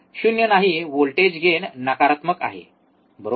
0 नाही voltage gain नकारात्मक आहे बरोबर